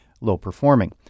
low-performing